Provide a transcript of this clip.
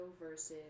versus